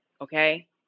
Okay